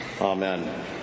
Amen